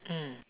mm